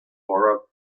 laura